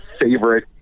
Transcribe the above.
favorite